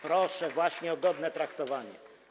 Proszę właśnie o godne traktowanie.